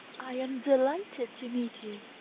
i am delighted to meet you.